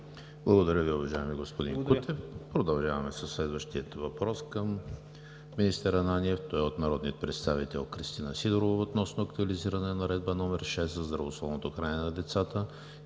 Благодаря Ви, уважаеми господин Кутев. Продължаваме със следващия въпрос към министър Ананиев. Той е от народния представител Кристина Сидорова относно актуализиране на Наредба № 6 за здравословното хранене на децата